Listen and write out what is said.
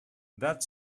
that